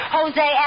Jose